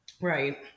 Right